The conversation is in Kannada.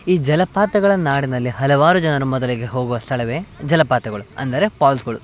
ಈ ಜಲಪಾತಗಳ ನಾಡಿನಲ್ಲಿ ಹಲವಾರು ಜನರು ಮೊದಲಿಗೆ ಹೋಗುವ ಸ್ಥಳವೇ ಜಲಪಾತಗಳು ಅಂದರೆ ಪಾಲ್ಸ್ಗಳು